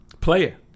Player